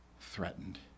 threatened